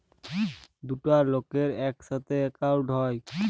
দুটা লকের ইকসাথে একাউল্ট হ্যয়